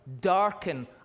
darken